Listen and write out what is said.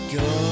go